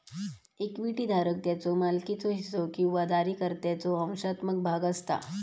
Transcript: equity धारक त्याच्यो मालकीचो हिस्सो किंवा जारीकर्त्याचो अंशात्मक भाग असता